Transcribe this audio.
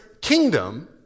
kingdom